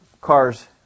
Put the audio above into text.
cars